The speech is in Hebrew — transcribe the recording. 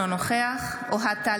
אינו נוכח אוהד טל,